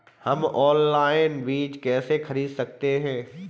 हम ऑनलाइन बीज कैसे खरीद सकते हैं?